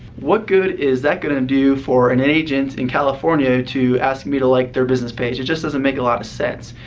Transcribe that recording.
what good is that going to do for an agent in california to ask me to like their business page? it just doesn't make a lot of sense.